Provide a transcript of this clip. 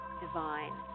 divine